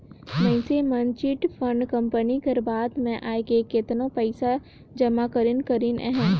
मइनसे मन chit fund company कर बात में आएके केतनो पइसा जमा करिन करिन अहें